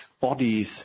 bodies